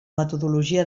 metodologia